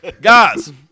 Guys